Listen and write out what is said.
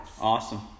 awesome